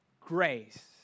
grace